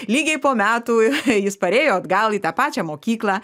lygiai po metų jis parėjo atgal į tą pačią mokyklą